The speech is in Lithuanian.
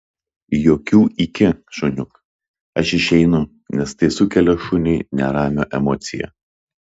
jokių iki šuniuk aš išeinu nes tai sukelia šuniui neramią emociją